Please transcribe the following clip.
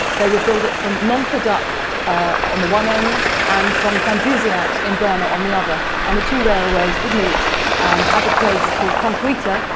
they would build it from nong pladuk on the one end and from thanbyuzayat in burma on the other, and the two railways would meet at a place called kon kuta,